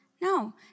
No